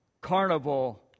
Carnival